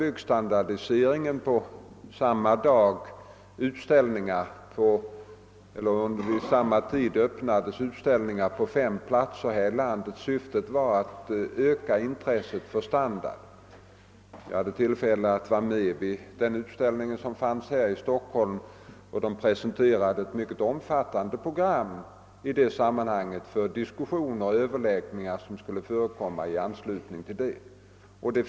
Under hösten anordnades utställningar på fem platser i landet i syfte att öka intresset för byggstandard. Jag hade tillfälle att vara med vid utställningen i Stockholm, där ett mycket omfattande program presenterades med diskussioner och överläggningar i anslutning till utställningen.